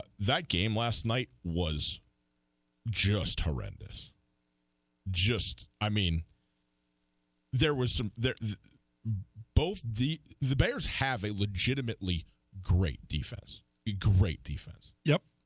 that game last night was just horrendous just i mean there was some that both the the bears have a legitimately great defects the great defense yeah